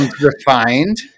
refined